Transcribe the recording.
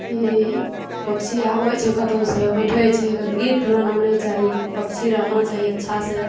की पक्षी आबै छै कतहु सऽ बैसै छै गन्दगी फैलेबाक नहि चाही पक्षीके रहबाक चाही अच्छा सऽ